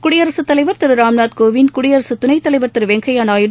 குடியரசுத் தலைவர் திரு ராம்நாத் கோவிந்த் குடியரசுத் துணை தலைவர் திரு வெங்கையா நாயுடு